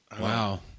wow